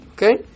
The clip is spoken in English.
Okay